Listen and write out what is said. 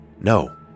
No